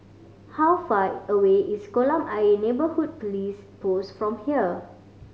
how far away is Kolam Ayer Neighbourhood Police Post from here